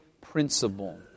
principle